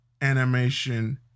animation